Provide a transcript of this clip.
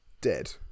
dead